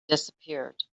disappeared